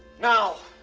now,